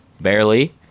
Barely